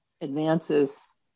advances